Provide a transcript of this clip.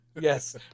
Yes